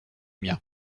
miens